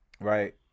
Right